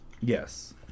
Yes